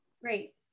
Great